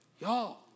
Y'all